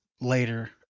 later